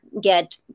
get